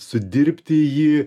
sudirbti jį